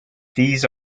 these